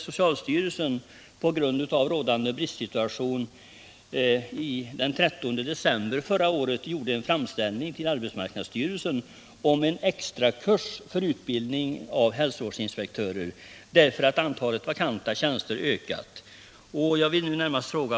Socialstyrelsen gjorde ju den 13 december förra året på grund av den rådande bristsituationen en framställning till arbetsmarknadsstyrelsen om en extra kurs för utbildning av hälsovårdsinspektörer. Anledningen var att antalet vakanta tjänster ökat.